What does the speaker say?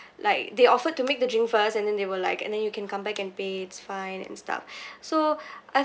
like they offered to make the drink first and then they were like and then you can come back and pay it's fine and stuff so I